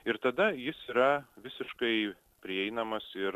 ir tada jis yra visiškai prieinamas ir